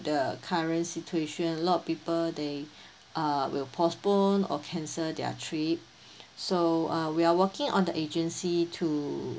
the current situation a lot people they uh will postpone or cancel their trip so uh we are working on the agency to